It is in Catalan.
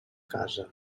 casa